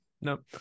Nope